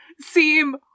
seem